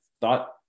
thought